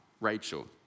Rachel